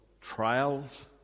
trials